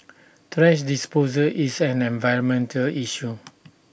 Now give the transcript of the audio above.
thrash disposal is an environmental issue